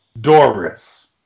Doris